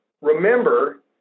remember